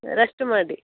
rest ಮಾಡಿ